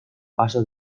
paso